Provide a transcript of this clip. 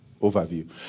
overview